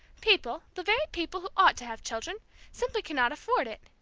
people the very people who ought to have children simply cannot afford it!